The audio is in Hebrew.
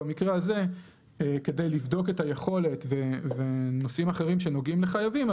במקרה הזה כדי לבדוק את היכולת ונושאים אחרים שנוגעים לחייבים,